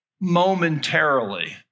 momentarily